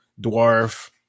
Dwarf